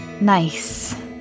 Nice